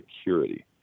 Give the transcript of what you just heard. security